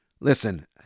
Listen